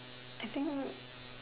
I think